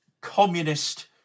communist